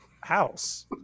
house